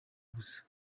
gusa